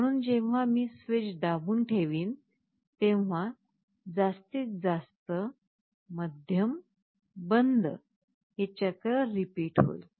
म्हणून जेव्हा मी स्विच दाबून ठेवीन तेव्हा जास्तीत जास्त मध्यम बंद हे चक्र रिपीट होईल